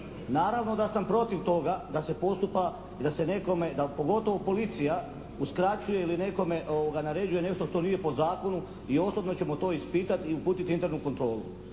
Naravno da sam protiv toga da se postupa i da se nekome a pogotovo policija uskraćuje ili nekome naređuje nešto što nije po zakonu i osobno ćemo to ispitati i uputiti internu kontrolu.